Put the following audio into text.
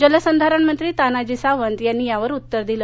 जलसंधारण मंत्री तानाजी सावंत यांनी यावर उत्तर दिलं